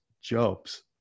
jobs